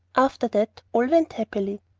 after that all went happily.